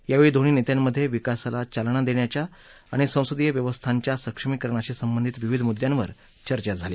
यावेळी दोन्ही नेत्यांमध्ये विकासाला चालना देण्याच्या आणि संसदीय व्यवस्थांच्या सक्षमीकरणाशी संबंधित विविध मुद्यांवर चर्चा झाली